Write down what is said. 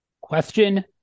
Question